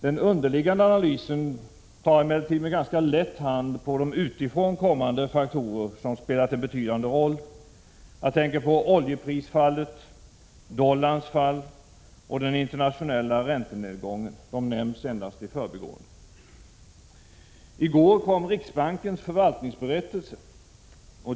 Den underliggande analysen tar emellertid med ganska lätt hand på de utifrån kommande faktorer som spelat en betydande roll. Jag tänker på oljeprisfallet, dollarns fall och den internationella räntenedgången. De nämns endast i förbigående. I går kom riksbankens förvaltningsberättelse.